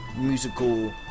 musical